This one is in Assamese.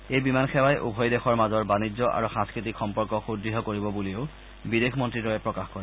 এই বিমান সেৱাই উভয় দেশৰ মাজৰ বাণিজ্য আৰু সাংস্থতিক সম্পৰ্ক সুদ্য় কৰিব বুলিও বিদেশ মন্ত্ৰীদ্বয়ে প্ৰকাশ কৰে